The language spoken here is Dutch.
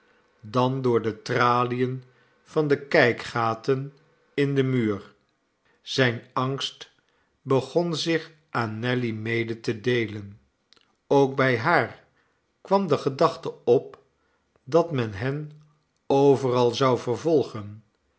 dan door de tralien van de kijkgaten in den muur zijn angst begon zich aan nelly mede te deelen ook bij haar kwam de gedachte op dat men hen overal zou vervolgen